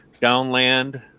Downland